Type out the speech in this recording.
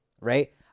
right